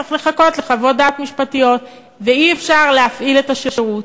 צריך לחכות לחוות דעת משפטיות ואי-אפשר להפעיל את השירות.